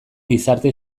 gizarte